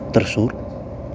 Thrissur